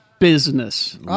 Business